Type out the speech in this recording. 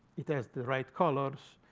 it has the right colors.